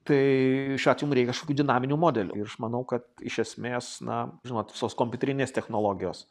tai šiuo atveju mum reik kažkokių dinaminių modelių ir aš manau kad iš esmės na žinot visos kompiuterinės technologijos